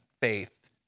faith